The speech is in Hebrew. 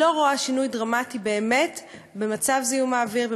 אני לא רואה שינוי דרמטי באמת במצב זיהום האוויר,